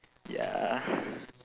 ya